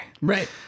Right